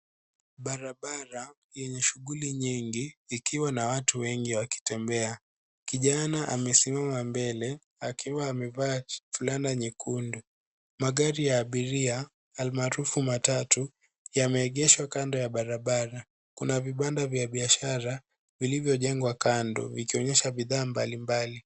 Barabara yenye shughuli nyingi ikiwa na watu wengi wakitembea. Kijana amesimama mbele akiwa amevaa fulana nyekundu. Magari ya abiria, almaarufu matatu, yameegeshwa kando ya barabara. Kuna vibanda vya biashara vilivyojengwa kando, vikionyesha bidhaa mbali mbali.